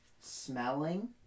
smelling